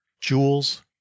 jewels